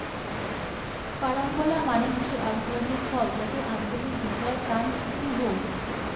carambola মানে হসে আক ধরণের ফল যাকে আঞ্চলিক ভাষায় ক্রাঞ্চ কুহ